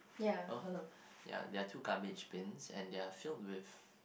oh hello ya there are two garbage bins and they are filled with